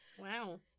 Wow